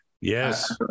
Yes